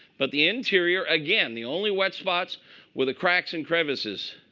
but the interior, again, the only white spots were the cracks and crevices.